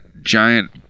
giant